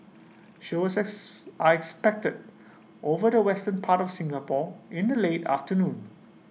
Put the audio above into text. showers S are expected over the western part of Singapore in the late afternoon